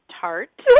tart